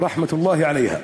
רחמי אללה עליה),